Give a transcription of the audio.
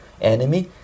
enemy